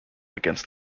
against